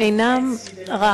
אינם רק